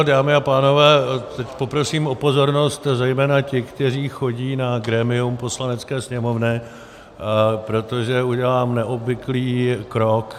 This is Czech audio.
Dámy a pánové, teď poprosím o pozornost zejména těch, kteří chodí na grémium Poslanecké sněmovny, protože udělám neobvyklý krok.